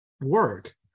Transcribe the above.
work